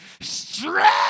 stretch